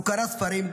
הוא קרא ספרים,